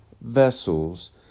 vessels